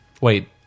Wait